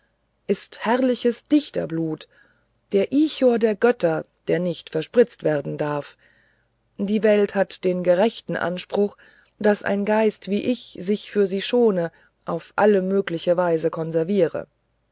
ist herrliches dichterblut der ichor der götter der nicht verspritzt werden darf die welt hat den gerechten anspruch daß ein geist wie ich sich für sie schone auf alle mögliche weise konserviere